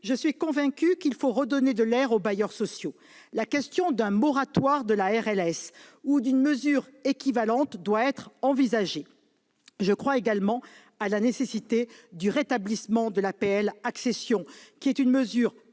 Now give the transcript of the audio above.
je suis convaincue qu'il faut redonner de l'air aux bailleurs sociaux. La question d'un moratoire de la RLS ou d'une mesure équivalente doit être envisagée. Je crois également à la nécessité du rétablissement de l'APL accession, qui est une mesure peu coûteuse